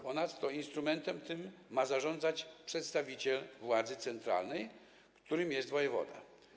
Ponadto instrumentem tym ma zarządzać przedstawiciel władzy centralnej, którym jest wojewoda.